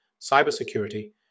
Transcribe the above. cybersecurity